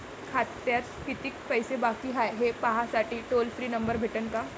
खात्यात कितीकं पैसे बाकी हाय, हे पाहासाठी टोल फ्री नंबर भेटन का?